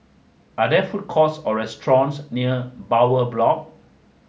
are there food courts or restaurants near Bowyer Block